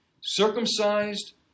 Circumcised